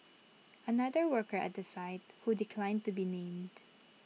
another worker at the site who declined to be named